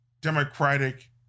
democratic